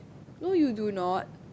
no you do not